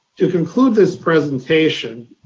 to conclude this presentation,